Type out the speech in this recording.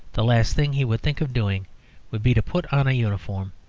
the last thing he would think of doing would be to put on a uniform.